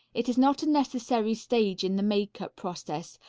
it is not a necessary stage in the makeup process,